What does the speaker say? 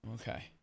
Okay